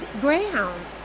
Greyhound